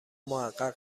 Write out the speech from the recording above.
محقق